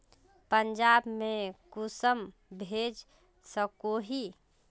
पंजाब में कुंसम भेज सकोही?